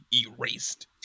Erased